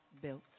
built